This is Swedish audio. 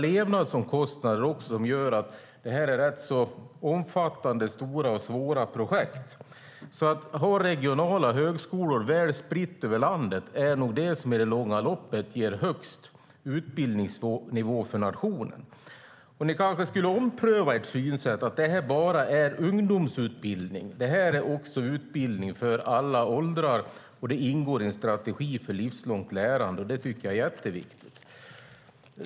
Levnadsomkostnaderna gör också att detta är ganska omfattande, stora och svåra projekt. Att ha regionala högskolor väl spridda över landet är nog det som i det långa loppet ger högst utbildningsnivå för nationen. Ni borde ompröva ert synsätt att det bara är ungdomsutbildning det handlar om. Det är utbildning för alla åldrar, och den ingår i en strategi för livslångt lärande. Det tycker jag är jätteviktigt.